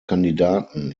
kandidaten